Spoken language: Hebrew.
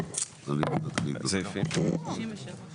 -- הסעיפים שאנחנו הולכים להצביע עליהם הם סעיפים מתוך 63,